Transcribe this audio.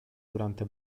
durante